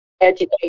educate